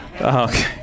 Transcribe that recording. Okay